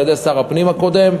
על-ידי שר הפנים הקודם,